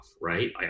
Right